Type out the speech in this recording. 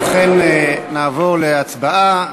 נעבור להצבעה.